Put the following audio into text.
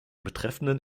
betreffenden